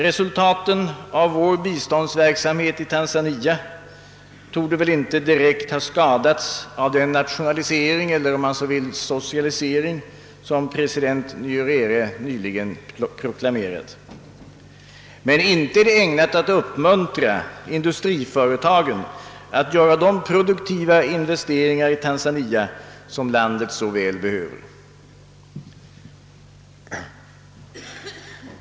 Resultaten av vår biståndsverksamhet i Tanzania torde väl inte direkt ha skadats av den nationalisering eller om man så vill socialisering som president Nyerere nyligen proklamerat. Men inte är det ägnat att uppmuntra industriföretagen att göra de produktiva nyinvesteringar i Tanzania, som landet så väl behöver.